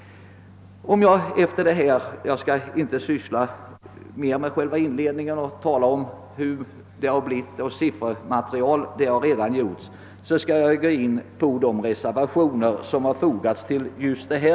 Jag skall här inte orda mer om det redovisade siffermaterialet; det har andra talare redan gjort. I stället skall jag säga några ord om de reservationer som fogats till detta avsnitt av utskottets utlåtande. Utskottet finner den planerade översynen vara av teknisk och organisatorisk art.